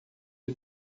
the